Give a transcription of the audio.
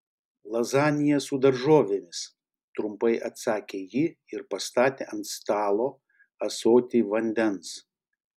lazanija su daržovėmis trumpai atsakė ji ir pastatė ant stalo ąsotį vandens